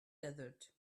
desert